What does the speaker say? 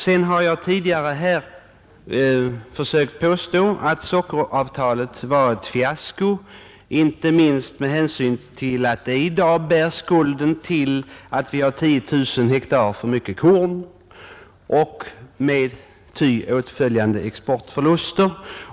Jag har vidare förut i dag försökt göra gällande att sockeravtalet var ett fiasko, inte minst med hänsyn till att det bär skulden till att det i dag förekommer odling av korn på 10 000 ha för mycket i vårt land med ty åtföljande exportförluster.